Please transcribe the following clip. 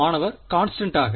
மாணவர் கான்ஸ்டண்டாக